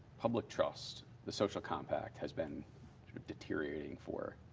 public trust, the social compact has been deteriorating for.